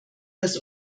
das